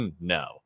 no